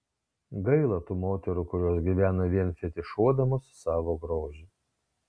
gaila tų moterų kurios gyvena vien fetišuodamos savo grožį